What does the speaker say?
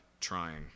trying